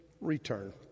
return